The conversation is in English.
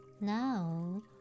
Now